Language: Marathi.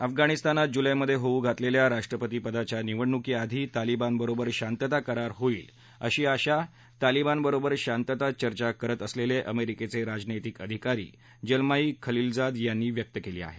अफगाणिस्तानात जुलैमधे होऊ घातलेल्या राष्ट्रपतीपदाच्या निवडणुकी आधी तालिबानबरोबर शांतता करार होईल अशी आशा तालिबानबरोबर शांतता चर्चा करत असलेले अमेरिकेचे राजनैतिक अधिकारी जलमायी खलीलजाद यांनी व्यक्त केली आहे